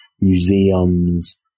museums